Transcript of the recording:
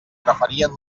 preferien